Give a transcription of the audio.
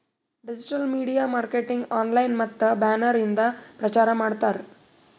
digital media marketing online ಮತ್ತ banner ಇಂದ ಪ್ರಚಾರ್ ಮಾಡ್ತಾರ್